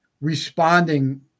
responding